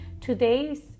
Today's